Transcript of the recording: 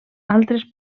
altres